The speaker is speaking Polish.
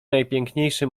najpiękniejszy